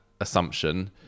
assumption